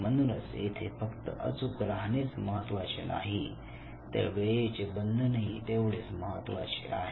म्हणून येथे फक्त अचूक राहणेच महत्त्वाचे नाही तर वेळेचे बंधनही तेवढेच महत्त्वाचे आहे